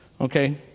okay